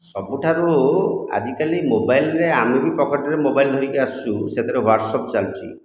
ସବୁଠାରୁ ଆଜିକାଲି ମୋବାଇଲ୍ରେ ଆମେ ବି ପକେଟ୍ରେ ମୋବାଇଲ ଧରିକି ଆସୁଛୁ ସେଥିରେ ହ୍ୱାଟ୍ସଅପ୍ ଚାଲୁଛି